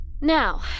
Now